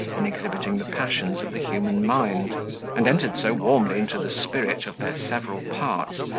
in exhibiting the passions of the human mind and entered so warmly into the spirit of their several parts,